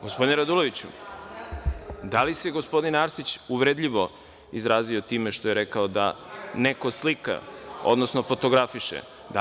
Gospodine Raduloviću, da li se gospodin Arsić uvredljivo izrazio time što je rekao da neko slika, odnosno fotografiše?